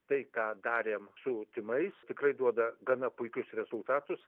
tai ką darėm su tymais tikrai duoda gana puikius rezultatus